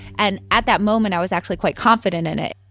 and at that moment, i was actually quite confident in it